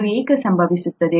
ಅದು ಏಕೆ ಸಂಭವಿಸುತ್ತದೆ